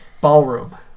ballroom